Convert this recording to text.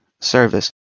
service